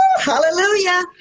Hallelujah